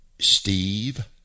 Steve